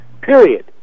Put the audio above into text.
Period